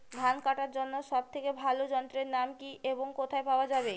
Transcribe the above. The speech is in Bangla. ধান কাটার জন্য সব থেকে ভালো যন্ত্রের নাম কি এবং কোথায় পাওয়া যাবে?